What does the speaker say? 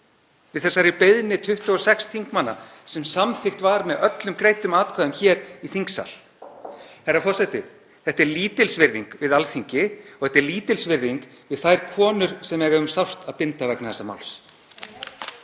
við þessari beiðni 26 þingmanna sem samþykkt var með öllum greiddum atkvæðum hér í þingsal. Herra forseti. Þetta er lítilsvirðing við Alþingi og þetta er lítilsvirðing við þær konur sem eiga um sárt að binda vegna þessa máls.